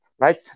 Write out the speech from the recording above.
Right